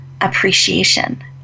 appreciation